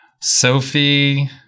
Sophie